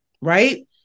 right